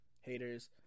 haters